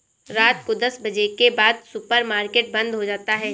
रात को दस बजे के बाद सुपर मार्केट बंद हो जाता है